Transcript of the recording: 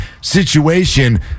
situation